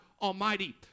Almighty